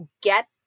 get